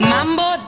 Mambo